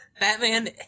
Batman